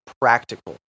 practical